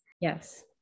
Yes